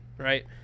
right